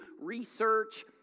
research